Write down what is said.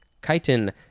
chitin